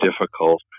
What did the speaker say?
difficult